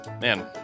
man